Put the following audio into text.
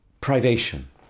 privation